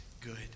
good